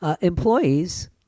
employees